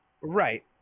right